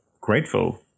grateful